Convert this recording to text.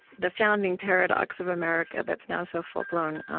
the founding paradox of america that's now so full-blown